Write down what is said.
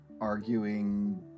arguing